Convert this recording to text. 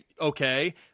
okay